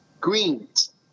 greens